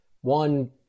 one